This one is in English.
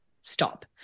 stop